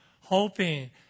hoping